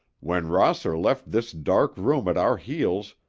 when rosser left this dark room at our heels,